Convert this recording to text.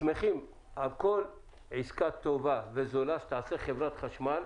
שמחים על כל עסקה טובה וזולה שתעשה חברת החשמל,